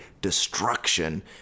destruction